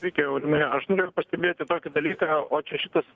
sveiki aurimai aš norėjau pastebėti tokį dalyką o čia šitas